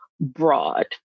broad